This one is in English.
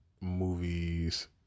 Movies